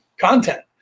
content